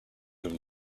them